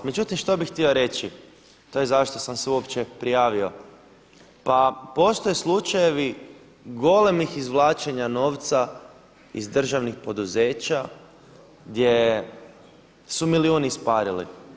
Međutim što bi htio reći, tj. zašto sam se uopće prijavio, pa postoje slučajevi golemih izvlačenja novca iz državnih poduzeća gdje su milijuni isparili.